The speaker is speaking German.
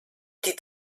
die